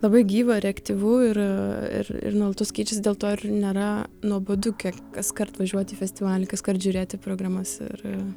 labai gyva reaktyvu ir ir ir nuolatos keičiasi dėl to ir nėra nuobodu kiek kaskart važiuoti į festivalį kaskart žiūrėti programas ir